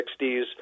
60s